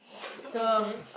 okay